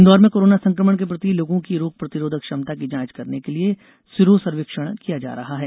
इन्दौर में कोरोना संकमण के प्रति लोगों की रोग प्रतिरोधक क्षमता की जांच करने के लिए सिरो संर्वेक्षण किया जा रहा है